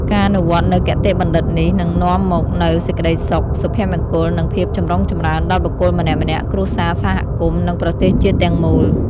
ការអនុវត្តន៍នូវគតិបណ្ឌិតនេះ នឹងនាំមកនូវសេចក្ដីសុខ សុភមង្គល និងភាពចម្រុងចម្រើនដល់បុគ្គលម្នាក់ៗ គ្រួសារ សហគមន៍ និងប្រទេសជាតិទាំងមូល។